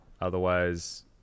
Otherwise